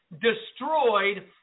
destroyed